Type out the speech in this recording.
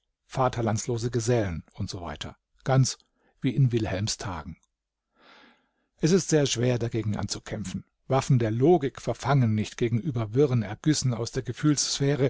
vaterlandslose gesellen usw ganz wie in wilhelms tagen es ist sehr schwer dagegen anzukämpfen waffen der logik verfangen nicht gegenüber wirren ergüssen aus der